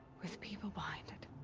with people behind it?